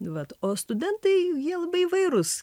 vat o studentai jie labai įvairūs